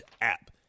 app